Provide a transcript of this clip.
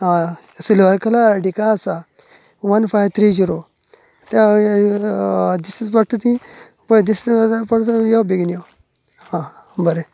आ silver colour Ertiga आसा one five three zero तें हें दिश्टी पडटा ती पळय दिसता जाल्यार परतून यो बेगीन यो आं बरें